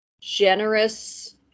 generous